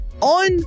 on